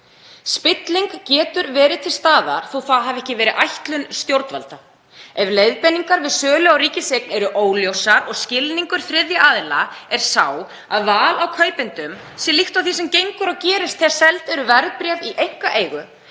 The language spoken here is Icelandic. Spilling getur verið til staðar þó að það hafi ekki verið ætlun stjórnvalda. Ef leiðbeiningar við sölu á ríkiseign eru óljósar og skilningur þriðja aðila er sá að val á kaupendum sé líkt því sem gengur og gerist þegar seld eru verðbréf í einkaeigu